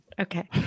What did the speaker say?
Okay